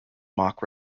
mock